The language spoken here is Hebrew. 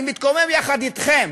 אני מתקומם יחד אתכם,